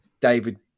David